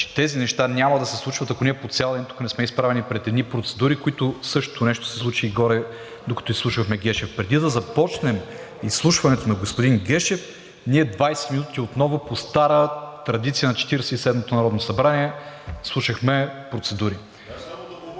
че тези неща няма да се случват, ако ние по цял ден тук не сме изправени пред едни процедури, които… Същото нещо се случи и горе, докато изслушвахме Гешев. Преди да започнем изслушването на господин Гешев, ние 20 минути отново, по стара традиция на Четиридесет и седмото народно събрание, слушахме процедури.